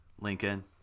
Lincoln